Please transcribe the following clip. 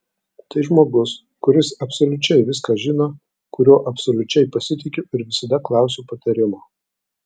tai žmogus kuris absoliučiai viską žino kuriuo absoliučiai pasitikiu ir visada klausiu patarimo